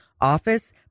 office